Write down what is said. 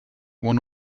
one